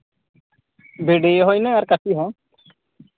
ᱵᱷᱤᱰᱤ ᱦᱚᱸ ᱤᱱᱟᱹᱜ ᱟᱨ ᱠᱟᱹᱥᱤ ᱦᱚᱸ